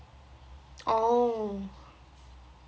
oh